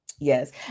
Yes